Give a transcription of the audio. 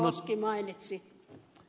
koski mainitsi